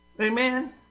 Amen